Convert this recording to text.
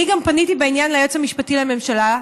אני גם פניתי בעניין ליועץ המשפטי לממשלה.